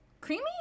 creamy